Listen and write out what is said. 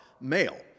male